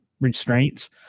restraints